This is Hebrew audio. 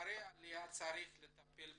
אחרי עליה צריך לטפל בקליטה.